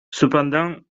cependant